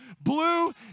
blue